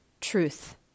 Truth